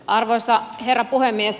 arvoisa herra puhemies